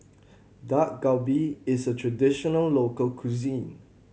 Dak Galbi is a traditional local cuisine